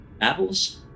Apples